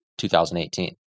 2018